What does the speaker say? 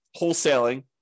wholesaling